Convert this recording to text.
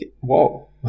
whoa